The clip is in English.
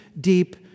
deep